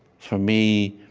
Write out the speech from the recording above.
for me,